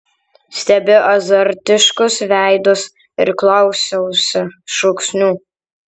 stebiu azartiškus veidus ir klausausi šūksnių